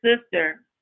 sister